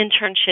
internship